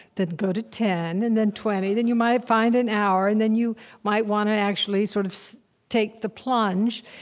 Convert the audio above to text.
then go to ten and then twenty. then you might find an hour, and then you might want to actually sort of take the plunge.